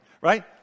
right